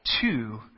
two